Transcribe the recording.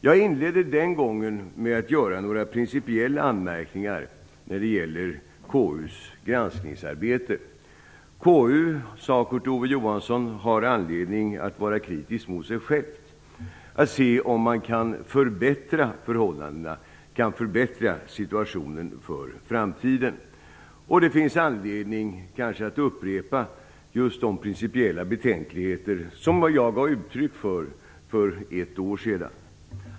Jag inledde den gången med att göra några principiella anmärkningar när det gäller KU har anledning att vara kritiskt mot sig självt, sade Kurt Ove Johansson, för att se om man kan förbättra förhållandena eller situationen för framtiden. Det finns kanske anledning att upprepa de principiella betänkligheter som jag för ett år sedan gav uttryck för.